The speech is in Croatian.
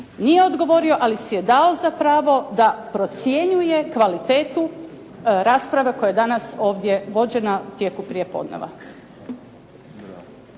nije odgovorio, ali si je dao za pravo da procjenjuje kvalitetu rasprave koja je danas ovdje vođena u tijeku prijepodneva.